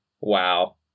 wow